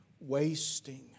wasting